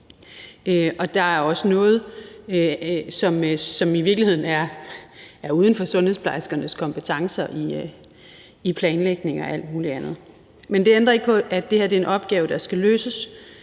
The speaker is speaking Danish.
Der er også noget, som i virkeligheden er uden for sundhedsplejerskernes kompetencer, i planlægning og alt muligt andet. Men det ændrer ikke på, at det her er en opgave, der skal løses.